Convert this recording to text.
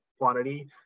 quantity